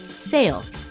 sales